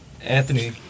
Anthony